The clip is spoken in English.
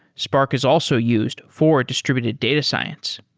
spark is also used for distributed data science.